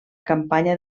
campanya